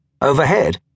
Overhead